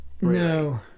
No